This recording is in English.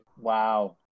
Wow